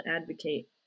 advocate